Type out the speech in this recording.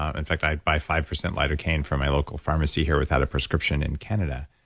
ah in fact i'd buy five percent lidocaine from my local pharmacy here without a prescription in canada.